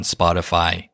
Spotify